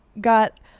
got